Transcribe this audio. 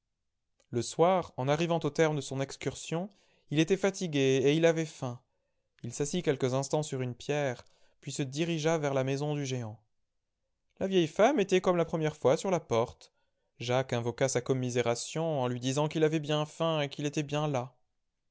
le soir en arrivant au terme de son excursion il était fatigué et il avait faim il s'assit quelques instants sur une pierre puis se dirigea vers la maison du géant la vieille femme était comme la première fois sur la porte jacques invoqua sa commisération en lui disant qu'il avait bien faim et qu'il était bien las